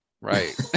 right